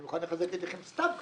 אני מוכן לחזק אתכם סתם ככה,